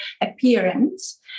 appearance